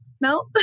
No